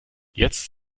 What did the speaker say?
jetzt